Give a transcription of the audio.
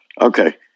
Okay